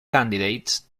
candidates